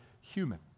human